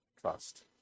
trust